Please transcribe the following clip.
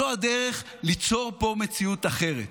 זו הדרך ליצור פה מציאות אחרת,